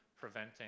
preventing